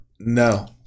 No